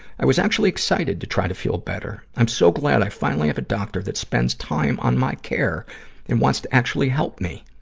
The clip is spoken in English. i was actually excited to try to feel better. i'm so glad i finally have a doctor that spends time on my care and wants to actually help me.